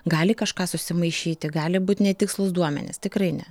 gali kažką susimaišyti gali būt netikslūs duomenys tikrai ne